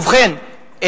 ובכן,